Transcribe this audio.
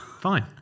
Fine